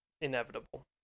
inevitable